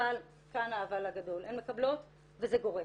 ואבל, כאן האבל הגדול, הן מקבלות וזה גורף,